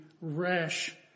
rash